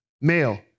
male